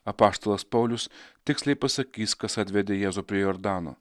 apaštalas paulius tiksliai pasakys kas atvedė jėzų prie jordano